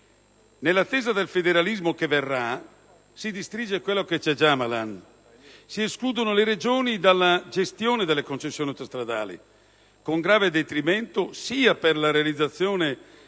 Nell'attesa del federalismo che verrà si distrugge quel che già c'è. Si escludono le Regioni dalla gestione delle concessioni autostradali, con grave detrimento sia per la realizzazione